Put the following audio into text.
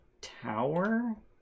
tower